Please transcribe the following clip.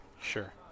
Sure